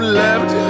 left